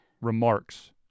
remarks